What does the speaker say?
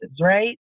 right